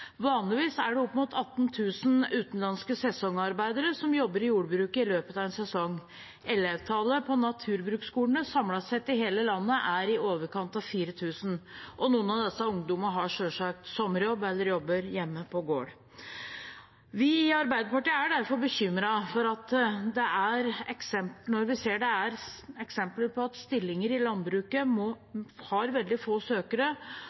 Vanligvis er det opp mot 18 000 utenlandske sesongarbeidere som jobber i jordbruket i løpet av en sesong. Elevtallet på naturbruksskolene samlet sett i hele landet er i overkant av 4 000, og noen av disse ungdommene har selvsagt sommerjobb eller jobber hjemme på gård. Vi i Arbeiderpartiet er derfor bekymret når vi ser det er eksempler på at stillinger i landbruket har veldig få søkere,